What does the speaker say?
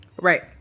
Right